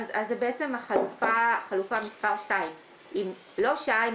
זה בעצם חלופה מספר 2. "אם לא שהה עם